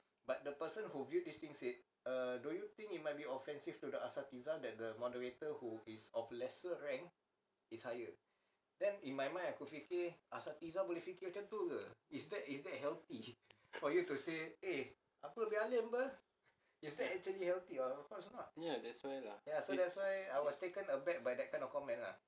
ya that's why lah is